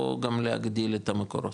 או גם להגדיל את המקורות?